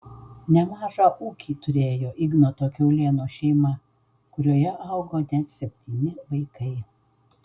nemažą ūkį turėjo ignoto kiaulėno šeima kurioje augo net septyni vaikai